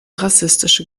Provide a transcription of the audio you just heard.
rassistische